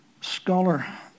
scholar